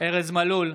ארז מלול,